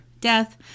death